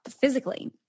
physically